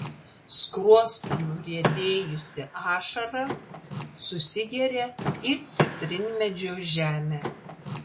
skruostu nuriedėjusi ašara susigeria į citrinmedžio žemę